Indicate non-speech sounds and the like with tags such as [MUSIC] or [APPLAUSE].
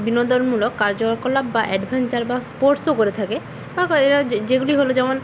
বিনোদনমূলক কার্যকলাপ বা অ্যাডভেঞ্চার বা স্পোর্টসও করে থাকে [UNINTELLIGIBLE] এরা যেগুলি হলো যেমন